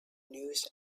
news